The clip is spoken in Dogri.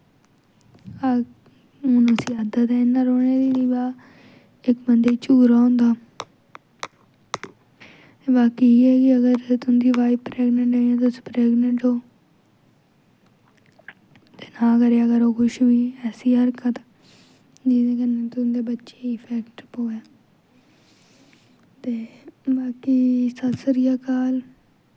हून उसी आदत ऐ इ'यां रौह्ने दी ब इक बंदे गी झूरा होंदा बाकी इयै ऐ कि अगर तुं'दी वाइफ प्रैगनें ऐ जां तुस प्रैगनेंट ओ ते ना करे अगर कुछ बी ऐसी हरकत जेह्दे कन्नै तुंदे बच्चे गी इफैक्ट पवै ते बाकी ससरिया काल